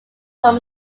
from